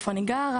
איפה אני גרה,